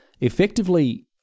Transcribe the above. effectively